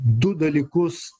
du dalykus